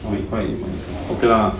一块一毛 okay lah